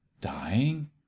dying